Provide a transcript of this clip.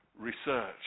research